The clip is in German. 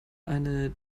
eine